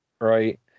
Right